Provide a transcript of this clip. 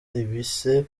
ibisebe